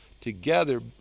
together